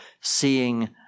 seeing